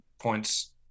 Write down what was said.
points